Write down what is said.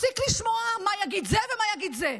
תפסיק לשמוע מה יגיד זה ומה יגיד זה.